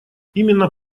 именно